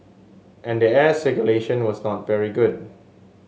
and the air circulation was not very good